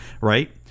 right